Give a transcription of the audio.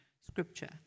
scripture